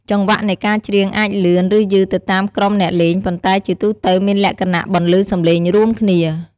ចង្វាក់នៃការច្រៀងអាចលឿន ឬយឺតទៅតាមក្រុមអ្នកលេង ប៉ុន្តែជាទូទៅមានលក្ខណៈបន្លឺសំឡេងរួមគ្នា។